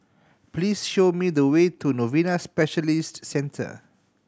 please show me the way to Novena Specialist Centre